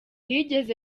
ntiyigeze